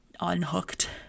unhooked